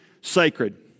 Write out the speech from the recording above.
sacred